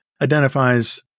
identifies